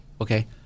okay